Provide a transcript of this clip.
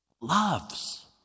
loves